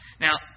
Now